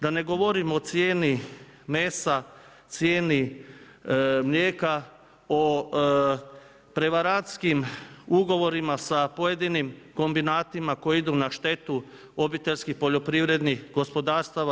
Da ne govorimo o cijeni mesa, cijeni mlijeka, o prevarantskim ugovorima sa pojedinim kombinatima koji idu na štetu obiteljskih poljoprivrednih gospodarstava.